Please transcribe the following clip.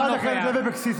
חברת הכנסת לוי אבקסיס,